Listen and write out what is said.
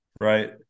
right